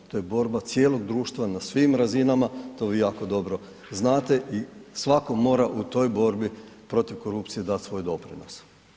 To je borba cijelog društva na svim razinama, to vi jako dobro znate i svatko mora u toj borbi protiv korupcije dati svoj doprinos.